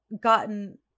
gotten